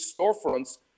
storefronts